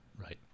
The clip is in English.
Right